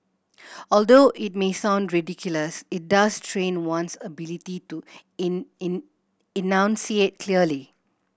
although it may sound ridiculous it does train one's ability to enunciate clearly